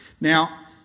Now